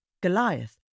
Goliath